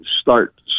start